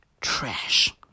trash